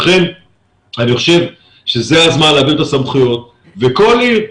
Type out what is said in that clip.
לכן אני חושב שזה הזמן להעביר את הסמכויות וכל עיר,